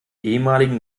ehemaligen